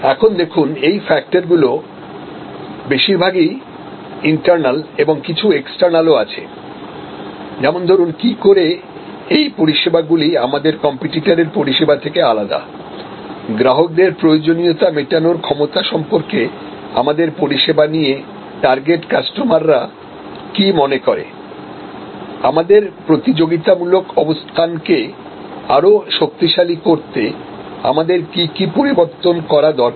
এখন দেখুন এই ফ্যাক্টরগুলো বেশিরভাগই ইন্টারনাল এবং কিছু এক্সটারনাল ও আছে যেমন ধরুন কি করে এই পরিষেবাগুলি আমাদের কম্পিটিটরের পরিষেবা থেকে আলাদা গ্রাহকদের প্রয়োজনীয়তা মেটানোর ক্ষমতা সম্পর্কে আমাদের পরিষেবা নিয়ে টার্গেট কাস্টমাররা কি মনে করে আমাদের প্রতিযোগিতামূলক অবস্থানকে আরো শক্তিশালী করতে আমাদের কি কি পরিবর্তন করা দরকার